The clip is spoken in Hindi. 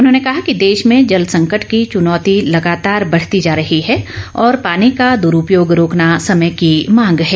उन्होंने कहा कि देश में जल संकट की चुनौती लगातार बढ़ती जा रही है और पानी का द्रूपयोग रोकना समय की मांग है